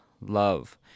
love